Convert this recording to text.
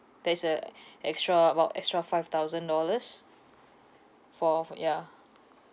there's a extra about extra five thousand dollars for for yeah